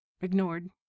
ignored